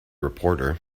reporter